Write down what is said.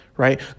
right